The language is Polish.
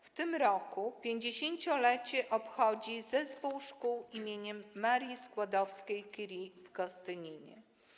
W tym roku 50-lecie obchodzi Zespół Szkół im. Marii Skłodowskiej-Curie w Gostyninie.